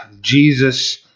Jesus